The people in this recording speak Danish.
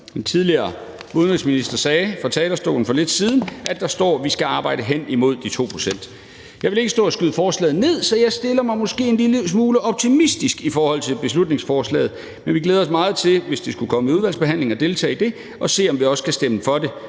den tidligere udenrigsminister sagde fra talerstolen for lidt siden, at der står, at vi skal arbejde hen imod de 2 pct. Jeg vil ikke stå og skyde forslaget ned, så jeg stiller mig måske en lille smule optimistisk i forhold til beslutningsforslaget, men vi glæder os meget til, hvis det skulle komme i udvalgsbehandling, at deltage i det og se, om vi også kan stemme for det,